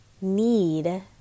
need